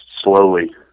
slowly